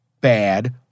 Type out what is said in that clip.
bad